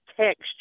texture